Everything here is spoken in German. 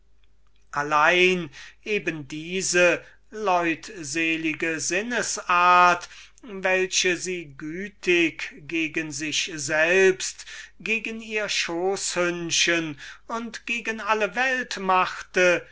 allein eben diese leutselige organisation welche sie gütig gegen sich selbst gegen ihr schoßhündchen und gegen alle welt machte